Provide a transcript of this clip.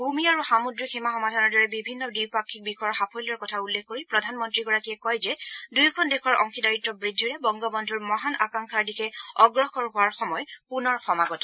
ভূমি আৰু সামুদ্ৰিক সীমা সমাধানৰ দৰে বিভিন্ন দ্বিপাক্ষিক বিষয়ৰ সাফল্যৰ কথা উল্লেখ কৰি প্ৰধানমন্ত্ৰীগৰাকীয়ে কয় যে দুয়োখন দেশৰ অংশীদাৰিত্ব বৃদ্ধিৰে বংগবন্ধৰ মহান আকাংক্ষাৰ দিশে অগ্নসৰ হোৱাৰ সময় পুনৰ সমাগত